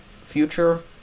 future